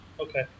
Okay